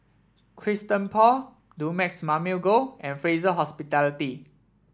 Christian Paul Dumex Mamil Gold and Fraser Hospitality